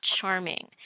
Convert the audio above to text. charming